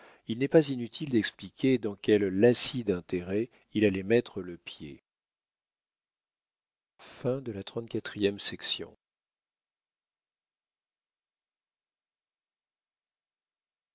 il n'est pas inutile d'expliquer dans quel lacis d'intérêts il allait mettre le pied